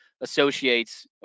associates